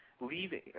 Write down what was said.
leaving